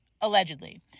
allegedly